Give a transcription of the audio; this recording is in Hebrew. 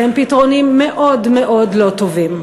והם פתרונים מאוד מאוד לא טובים.